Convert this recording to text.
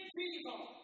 people